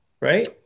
Right